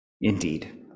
Indeed